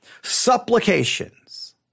Supplications